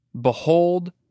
Behold